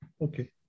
okay